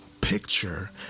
picture